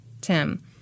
Tim